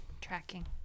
Tracking